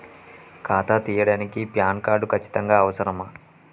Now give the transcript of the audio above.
ఖాతా తీయడానికి PAN card ఖచ్చితంగా అవసరమా?